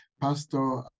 pastor